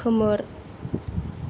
खोमोर